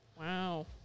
Wow